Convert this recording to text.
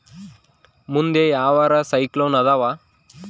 ಮುಂದೆ ಯಾವರ ಸೈಕ್ಲೋನ್ ಅದಾವ?